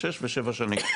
ושש ושבע שנים.